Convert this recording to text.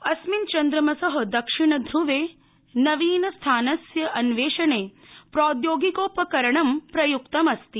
अस्मिन् चन्द्रमस दक्षिण ध्र्वे नवीनस्थानस्य अन्वेषणे प्रौद्योगिकोपकरणं प्रयुक्तमस्ति